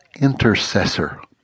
intercessor